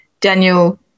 Daniel